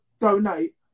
donate